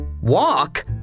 Walk